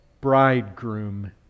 bridegroom